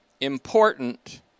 important